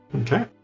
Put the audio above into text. Okay